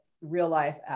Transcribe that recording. real-life